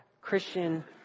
christian